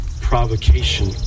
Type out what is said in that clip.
provocation